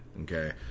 Okay